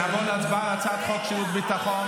נעבור להצבעה על הצעת חוק שירות ביטחון.